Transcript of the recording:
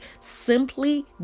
simply